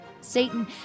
Satan